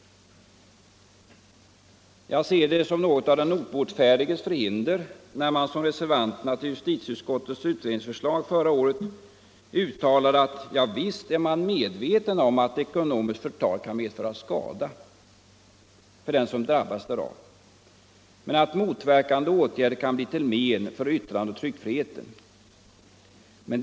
Jag betraktar det som något av den obotfärdiges förhinder när man som reservanterna till justitieutskottets utredningsförslag förra året säger att visst är man medveten om att ekonomiskt förtal kan medföra skada för den som drabbas därav men att motverkande åtgärder kan bli till men för yttrandeoch tryckfriheten.